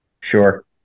Sure